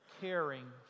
caring